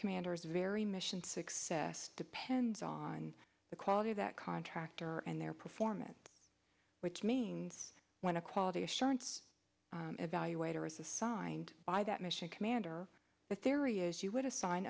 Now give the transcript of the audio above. commander's very mission success depends on the quality of that contractor and their performance which means when a quality assurance evaluator is assigned by that mission commander the theory is you would assign